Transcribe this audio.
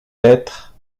êtres